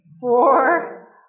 four